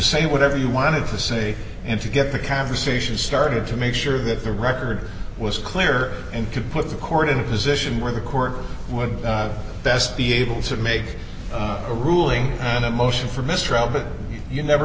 say whatever you wanted to say and to get the conversation started to make sure that the record was clear and could put the court in a position where the court would best be able to make a ruling on a motion for mistrial but you never